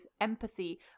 empathy